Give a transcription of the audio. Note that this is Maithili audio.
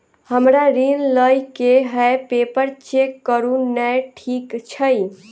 हमरा ऋण लई केँ हय पेपर चेक करू नै ठीक छई?